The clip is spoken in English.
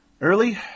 early